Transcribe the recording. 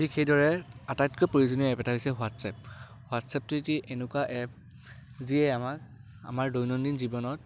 ঠিক সেইদৰে আটাইতকৈ প্ৰয়োজনীয় এপ এটা হৈছে হোৱাটছআপ হোৱাটছাপটো এটি এনেকুৱা এপ যিয়ে আমাক আমাৰ দৈনন্দিন জীৱনত